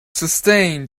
sustained